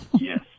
Yes